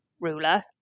ruler